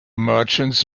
merchants